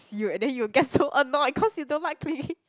s~ you and then you will get so annoyed cause you don't like clingy